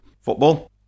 football